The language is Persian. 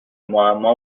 معما